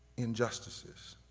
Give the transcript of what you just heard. injustices,